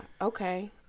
okay